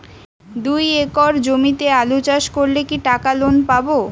দুই একর জমিতে আলু চাষ করলে কি টাকা লোন পাবো?